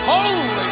Holy